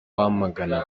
wamagana